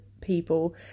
people